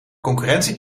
concurrentie